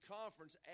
conference